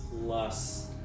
plus